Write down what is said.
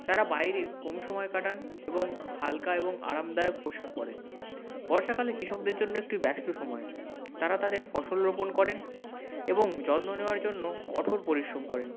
তারা বাইরে কম সময় কাটান এবং হালকা এবং আরামদায়ক পোশাক পরেন বর্ষাকালে কৃষকদের জন্য একটি ব্যস্ত সময় তারা তাদের ফসল রোপণ করেন এবং যত্ন নেওয়ার জন্য কঠোর পরিশ্রম করেন